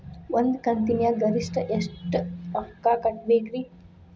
ಒಂದ್ ಕಂತಿನ್ಯಾಗ ಗರಿಷ್ಠ ಎಷ್ಟ ರೊಕ್ಕ ಕಟ್ಟಬೇಕ್ರಿ?